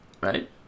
Right